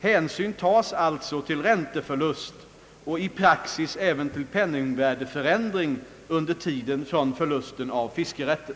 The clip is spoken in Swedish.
Hänsyn tas alltså till ränteförlust och i praxis även till penningvärdeförändring under tiden från förlusten av fiskerätten.